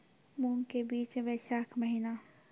मूंग के बीज बैशाख महीना